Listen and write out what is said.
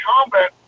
combat